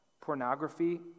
Pornography